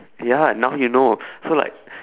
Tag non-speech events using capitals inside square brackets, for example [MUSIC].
ya now you know [BREATH] so like